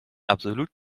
absolut